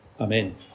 Amen